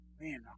Man